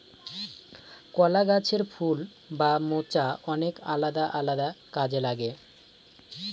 কলা গাছের ফুল বা মোচা অনেক আলাদা আলাদা কাজে লাগে